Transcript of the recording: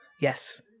yes